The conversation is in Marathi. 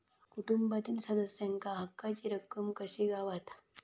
कुटुंबातील सदस्यांका हक्काची रक्कम कशी गावात?